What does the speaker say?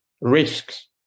risks